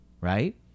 right